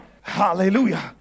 Hallelujah